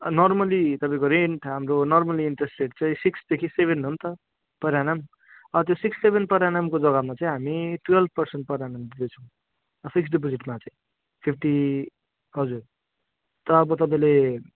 normally तपाईँको rent हाम्रो normally interest rate चाहिँ सिक्सदेखि सेभेन हो नि त पर एनम त्यो सिक्स सेभेन पर एनमको जग्गामा चाहिँ हामी ट्वेल्भ पर्सेन्ट पर एनम दिँदैछौँ फिक्स्ड डिपेजिटमा चाहिँ फिफ्टी थाउजन्ड तर अब तपाईँले